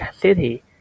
city